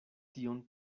tiun